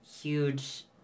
huge